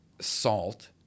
salt